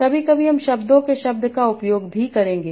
कभी कभी हम शब्दों के शब्द का उपयोग भी करेंगे